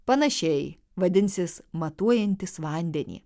panašiai vadinsis matuojantys vandenį